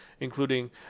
including